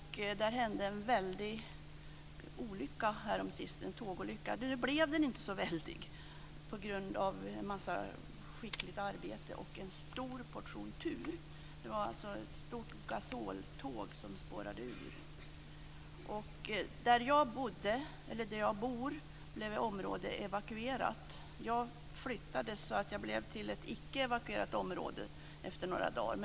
Där hände en väldig tågolycka häromsistens. Nu blev den inte så väldig på grund av skickligt arbete och en stor portion tur. Det var ett gasoltåg som spårade ur. Det område där jag bor blev evakuerat. Jag flyttades till ett icke evakuerat område efter några dagar.